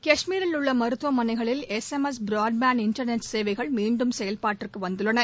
கஷ்மீரில் உள்ளமருத்துவமனைகளில் S S broadband internet சேவைகள் மீண்டும் செயல்பாட்டிற்குவந்துள்ளன